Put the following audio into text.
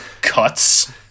cuts